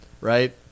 right